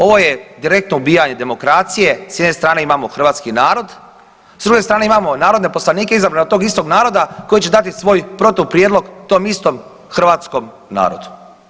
Ovo je direktno ubijanje demokracije, s jedne strane imamo hrvatski narod, s druge stane imamo narodne poslanike izabrane od tog istog naroda koji će dati svoj protuprijedlog tom istom hrvatskom narodu.